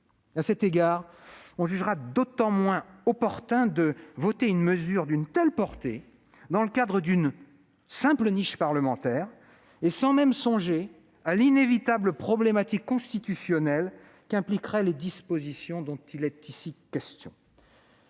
À cet égard, on jugera d'autant moins opportun de voter une mesure d'une telle portée dans le cadre d'une simple niche parlementaire, sans même songer à l'inévitable problématique constitutionnelle qu'impliqueraient les dispositions qu'elle contient.